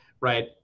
right